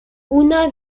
una